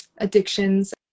addictions